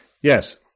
Yes